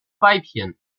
weibchen